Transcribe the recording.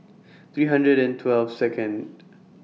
three hundred and twelve Second